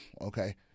Okay